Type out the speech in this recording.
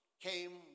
came